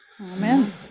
Amen